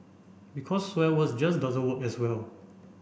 because swear words just doesn't work as well